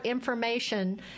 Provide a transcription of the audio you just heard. information